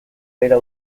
behera